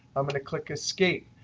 i'm going to click escape,